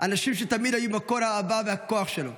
אנשים שתמיד היו מקור האהבה והכוח שלו.